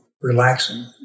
Relaxing